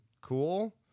cool